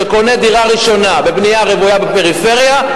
שקונה דירה ראשונה בבנייה רוויה בפריפריה,